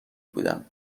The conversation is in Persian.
بودم